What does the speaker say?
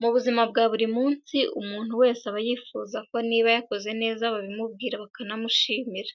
Mu buzima bwa buri munsi, umuntu wese aba yifuza ko niba yakoze neza babimubwira bakanamushimira